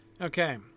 Okay